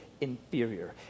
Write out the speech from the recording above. inferior